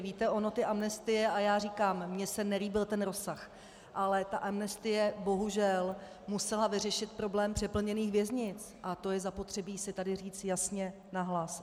Víte, ony ty amnestie, a já říkám, mně se nelíbil ten rozsah, ale ta amnestie musela vyřešit problém přeplněných věznic a to je zapotřebí si tady říct jasně, nahlas.